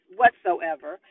whatsoever